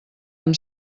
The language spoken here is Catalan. amb